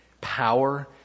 power